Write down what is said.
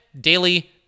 daily